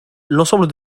l’ensemble